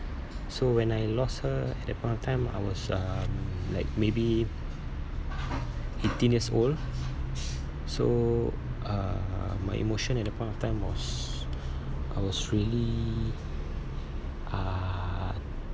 so when I lost her at that point of time I was um like maybe eighteen years old so uh my emotion at that point of time was I was really uh